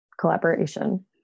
Collaboration